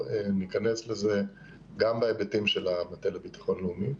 ניכנס לזה גם בהיבטים של המטה לביטחון לאומי.